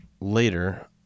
Later